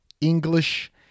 English